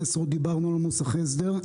עוד דיברנו על מוסכי הסדר.